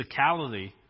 physicality